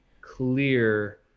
clear